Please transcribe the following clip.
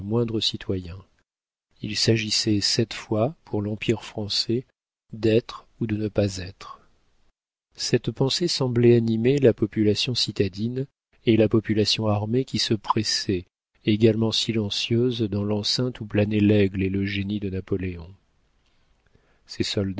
citoyen il s'agissait cette fois pour l'empire français d'être ou de ne pas être cette pensée semblait animer la population citadine et la population armée qui se pressaient également silencieuses dans l'enceinte où planaient l'aigle et le génie de napoléon ces soldats